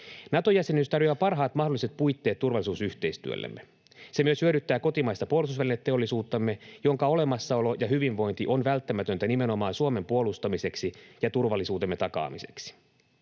Nato-jäsenyys tarjoaa parhaat mahdolliset puitteet turvallisuusyhteistyöllemme. Se myös hyödyttää kotimaista puolustusvälineteollisuuttamme, jonka olemassaolo ja hyvinvointi on välttämätöntä nimenomaan Suomen puolustamiseksi ja turvallisuutemme takaamiseksi.